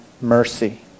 mercy